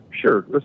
sure